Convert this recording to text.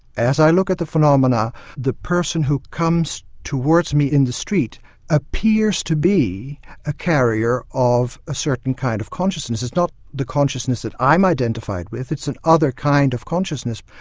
as i look at the phenomena the person who comes towards me in the street appears to be a carrier of a certain kind of consciousness. it's not the consciousness that i'm identified with, it's and another kind of consciousness.